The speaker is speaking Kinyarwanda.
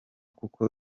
kuko